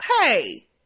hey